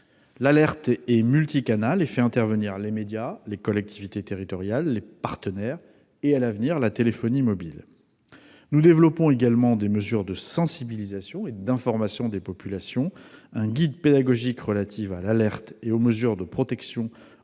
L'alerte est multicanal et fait intervenir les médias, les collectivités territoriales, les partenaires et, à l'avenir, la téléphonie mobile. Nous développons également des mesures de sensibilisation et d'information des populations : un guide pédagogique, relatif à l'alerte et aux mesures de protection en cas de